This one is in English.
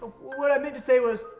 what i mean to say was.